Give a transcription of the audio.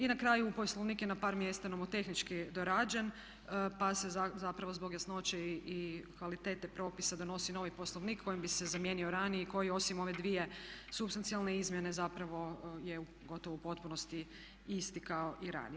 I na kraju Poslovnik je na par mjesta nomotehnički dorađen pa se zapravo zbog jasnoće i kvalitete propisa donosi novi Poslovnik kojim bi se zamijenio raniji koji osim ove dvije supstancijalne izmjene zapravo je gotovo u potpunosti isti kao i ranije.